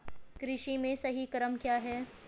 कृषि में सही क्रम क्या है?